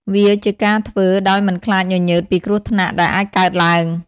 វាជាការធ្វើ ដោយមិនខ្លាចញញើតពីគ្រោះថ្នាក់ដែលអាចកើតឡើង។